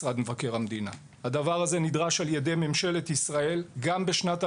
על סדר היום: פעולות ממשלת ישראל והיערכותה